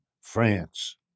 France